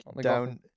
Down